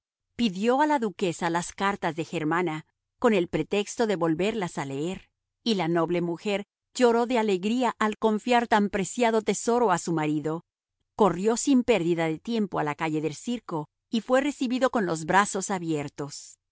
pidió a la duquesa las cartas de germana con el pretexto de volverlas a leer y la noble mujer lloró de alegría al confiar tan preciado tesoro a su marido corrió sin pérdida de tiempo a la calle del circo y fue recibido con los brazos abiertos